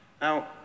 now